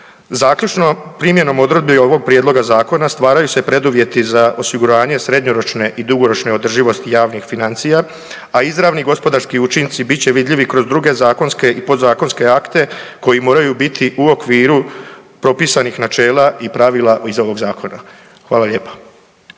Zaključno, primjenom odredbe ovog prijedloga zakona stvaraju se preduvjeti za osiguranje srednjoročne i dugoročne održivosti javnih financija a izravni gospodarski učinci bit će vidljivi kroz druge zakonske i podzakonske akte koji moraju biti u okviru propisanih načela i pravila iz ovog zakona. Hvala lijepa.